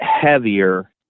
heavier